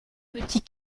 petit